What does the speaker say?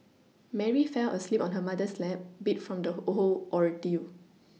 Mary fell asleep on her mother's lap beat from the whole ordeal